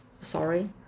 Sorry